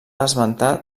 esmentar